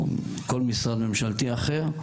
או כל משרד ממשלתי אחר,